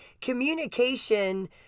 communication